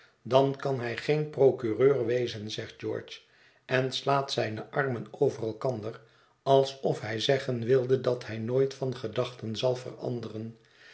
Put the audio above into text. dan kan hij geen procureur wezen zegt george en slaat zijne armen over elkander alsof hij zeggen wilde dat hij nooit van gedachten zal veranderen